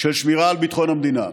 של שמירה על ביטחון המדינה.